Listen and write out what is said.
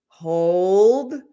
hold